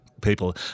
people